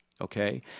Okay